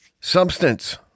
substance